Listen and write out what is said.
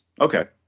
okay